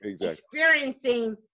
experiencing